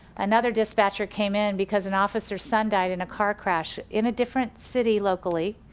another dispatcher came in because an officer's son died in a car crash in a different city luckily.